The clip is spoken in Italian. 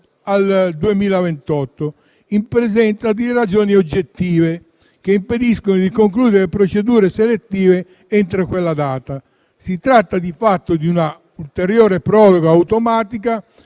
al 2028, in presenza di ragioni oggettive che impediscano di concludere le procedure selettive entro quella data. Si tratta, di fatto, di una ulteriore proroga automatica